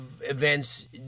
events